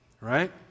right